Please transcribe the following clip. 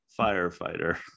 firefighter